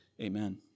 Amen